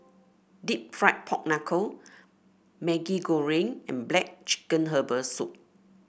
deep fried Pork Knuckle Maggi Goreng and black chicken Herbal Soup